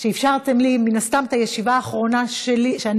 שאפשרתם לי מן הסתם את הישיבה האחרונה שאני